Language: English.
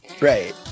Right